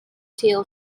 tail